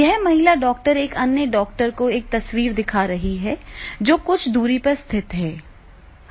यह महिला डॉक्टर एक अन्य डॉक्टर को एक तस्वीर दिखा रही है जो कुछ दूरी पर स्थित है